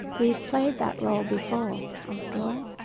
we've played that role before, after all.